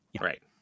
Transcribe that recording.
right